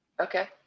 okay